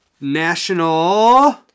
National